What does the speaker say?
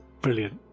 Brilliant